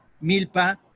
Milpa